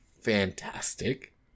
fantastic